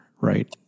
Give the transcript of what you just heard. right